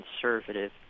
conservative